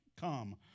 come